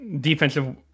defensive